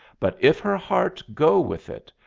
but if her heart go with it,